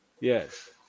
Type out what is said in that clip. Yes